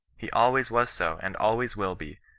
he always was so, and always will be,